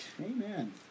Amen